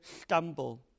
stumble